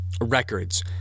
records